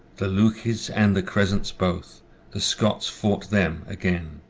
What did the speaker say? the luces and the crescents both the scots fought them again.